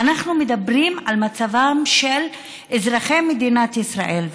אנחנו מדברים על מצבם של אזרחי מדינת ישראל,